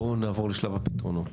בואו נעבור לשלב הפתרונות.